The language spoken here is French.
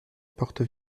porte